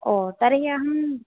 ओ तर्हि अहं